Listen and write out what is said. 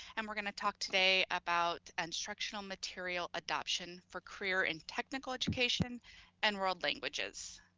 and we're gonna talk today about instructional material adoption for career and technical education and world languages.